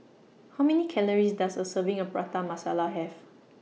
How Many Calories Does A Serving of Prata Masala Have